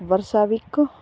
ਵਰਸਾਵਿਕ